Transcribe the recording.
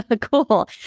Cool